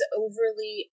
overly